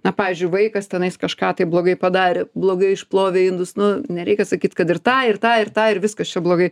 na pavyzdžiui vaikas tenais kažką tai blogai padarė blogai išplovė indus nu nereikia sakyt kad ir tą ir tą ir tą ir viskas čia blogai